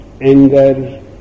anger